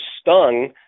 stung